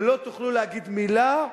ולא תוכלו להגיד מלה,